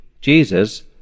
jesus